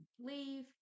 leave